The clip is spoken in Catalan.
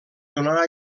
donar